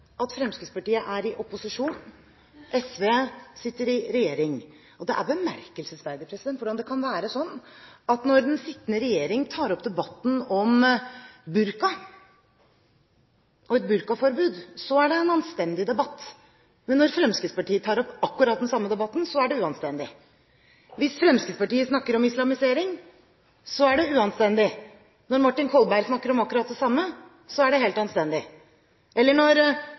at Fremskrittspartiet er i opposisjon, SV sitter i regjering. Det er bemerkelsesverdig hvordan det kan være sånn at når den sittende regjering tar opp debatten om et burkaforbud, da er det en anstendig debatt. Men når Fremskrittspartiet tar opp akkurat den samme debatten, så er det uanstendig. Hvis Fremskrittspartiet snakker om islamisering, så er det uanstendig. Når Martin Kolberg snakker om akkurat det samme, så er det helt anstendig. Eller når